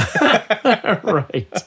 Right